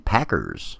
Packers